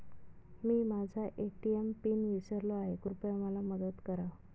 मी माझा ATM PIN विसरलो आहे, कृपया मला मदत करा